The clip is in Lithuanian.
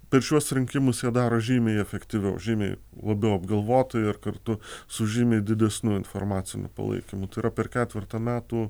per šiuos rinkimus jie daro žymiai efektyviau žymiai labiau apgalvotai ir kartu su žymiai didesniu informaciniu palaikymu tai yra per ketvertą metų